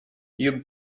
you